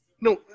No